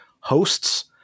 hosts